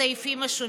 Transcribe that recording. בסעיפים השונים.